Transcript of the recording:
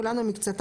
כולן או מקצתן,